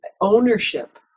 ownership